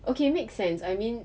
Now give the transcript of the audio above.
okay make sense I mean